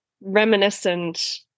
reminiscent